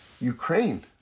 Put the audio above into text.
Ukraine